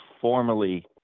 formally